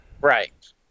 Right